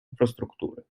інфраструктури